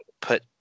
put